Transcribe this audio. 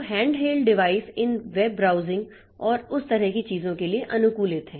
तो handheld device इन web browsing और उस तरह की चीजों के लिए अनुकूलित हैं